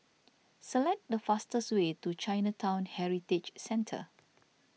select the fastest way to Chinatown Heritage Centre